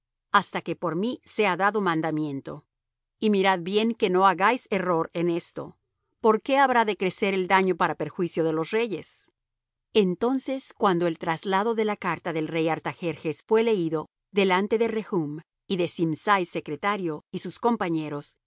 hasta que por mí sea dado mandamiento y mirad bien que no hagáis error en esto por qué habrá de crecer el daño para perjuicio de los reyes entonces cuando el traslado de la carta del rey artajerjes fué leído delante de rehum y de simsai secretario y sus compañeros